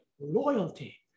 loyalty